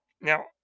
Now